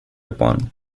upon